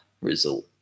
result